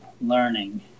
learning